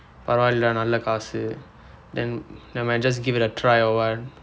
பரவாயில்லை நல்ல காசு:paravaayillai nalla kaasu then nevermind just give it a try or what